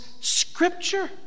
scripture